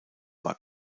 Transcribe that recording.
war